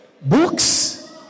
books